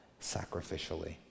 sacrificially